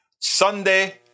sunday